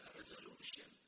resolution